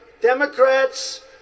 Democrats